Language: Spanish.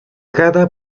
cada